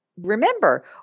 remember